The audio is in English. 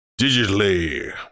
digitally